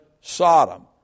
Sodom